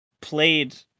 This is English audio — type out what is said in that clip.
played